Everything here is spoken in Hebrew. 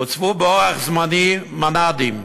הוצבו באורח זמני מנ"דים,